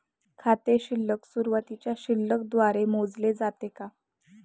खाते शिल्लक सुरुवातीच्या शिल्लक द्वारे मोजले जाते का?